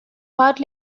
part